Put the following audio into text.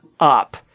up